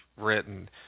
written